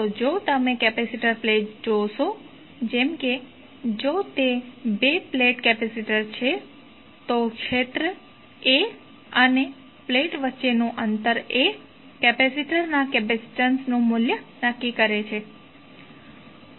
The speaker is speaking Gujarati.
તો જો તમે કેપેસિટર પ્લેટ જોશો જેમ કે જો તે બે પ્લેટ કેપેસિટર છે તો ક્ષેત્ર A અને પ્લેટ વચ્ચેનું અંતર એ કેપેસિટરના કેપેસિટન્સનું મૂલ્ય નક્કી કરે છે